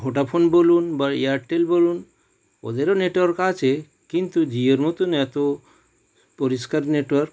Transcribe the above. Vodafone বলুন বা Airtel বলুন ওদেরও নেটওয়ার্ক আছে কিন্তু জিওর মতন এতো পরিষ্কার নেটওয়ার্ক